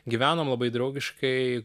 gyvenom labai draugiškai